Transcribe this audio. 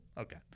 Okay